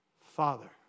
Father